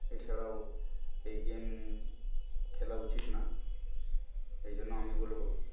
এছাড়াও এই গেম খেলা উচিত না এই জন্য আমি বলব